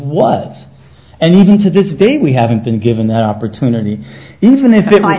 was and even to this day we haven't been given that opportunity even if